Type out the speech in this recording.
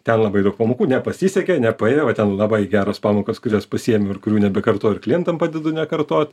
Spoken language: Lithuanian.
ten labai daug pamokų nepasisekė nepaėjo va ten labai geros pamokos kurias pasiėmiau ir kurių nebekartoju klientam padedu nekartot